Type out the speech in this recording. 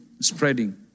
spreading